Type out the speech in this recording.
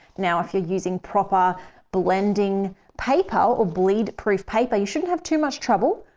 now, if you're using proper blending paper or bleed proof paper, you shouldn't have too much trouble,